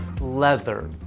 leather